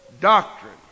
doctrine